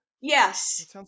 Yes